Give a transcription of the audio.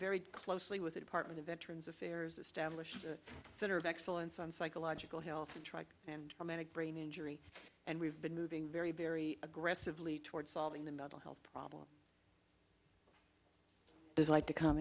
very closely with the department of veterans affairs establish a center of excellence on psychological health and try and romantic brain injury and we've been moving very very aggressively toward solving the mental health problem does like to